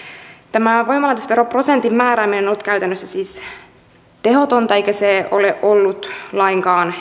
tämä voimalaitosveroprosentin määrääminen on ollut käytännössä siis tehotonta eikä se ole ollut lainkaan